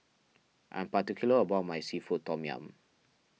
I am particular about my Seafood Tom Yum